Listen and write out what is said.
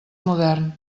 modern